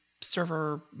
server